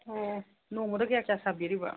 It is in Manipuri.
ꯑꯣ ꯅꯣꯡꯃꯗ ꯀꯌꯥ ꯀꯌꯥ ꯁꯥꯕꯤꯔꯤꯕ